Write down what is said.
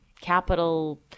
capital